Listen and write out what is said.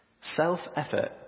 Self-effort